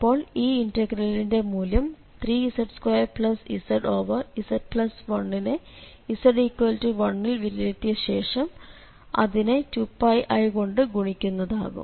അപ്പോൾ ഈ ഇന്റഗ്രലിന്റെ മൂല്യം 3z2zz1 യെ z1 ൽ വിലയിരുത്തിയ ശേഷം അതിനെ 2πi കൊണ്ട് ഗുണിക്കുന്നതാവും